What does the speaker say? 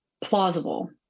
plausible